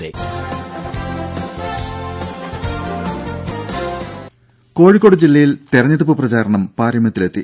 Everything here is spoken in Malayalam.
ദേദ കോഴിക്കോട് ജില്ലയിൽ തെരഞ്ഞെടുപ്പ് പ്രചാരണം പാരമ്യത്തിലെത്തി